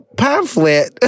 pamphlet